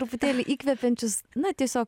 truputėlį įkvepiančius na tiesiog